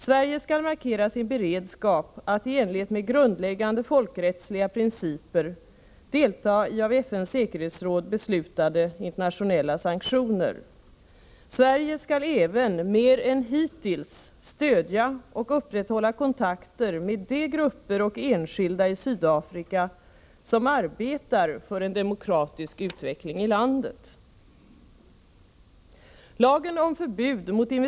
Sverige skall markera sin beredskap att i enlighet med grundläggande folkrättsliga principer delta i av FN:s säkerhetsråd beslutade internationella sanktioner. Sverige skall även mer än hittills stödja och upprätthålla kontakter med de grupper och enskilda i Sydafrika som arbetar för en demokratisk utveckling i landet.